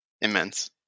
immense